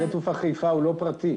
שדה תעופה חיפה הוא לא פרטי.